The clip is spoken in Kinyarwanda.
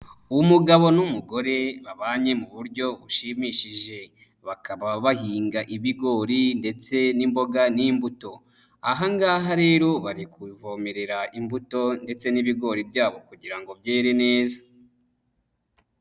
Umugabo n'umugore babanye mu buryo bushimishije. Bakaba bahinga ibigori ndetse n'imboga n'imbuto. Aha ngaha rero bari kuvomerera imbuto ndetse n'ibigori byabo kugira ngo byere neza.